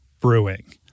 brewing